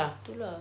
itu lah